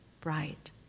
bright